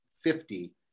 fifty